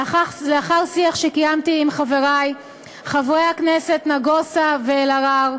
לאחר שיח שקיימתי עם חברי חברי הכנסת נגוסה ואלהרר